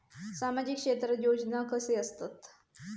सामाजिक क्षेत्रात योजना कसले असतत?